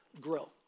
grow